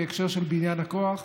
בהקשר של בניין הכוח,